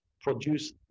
produce